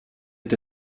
est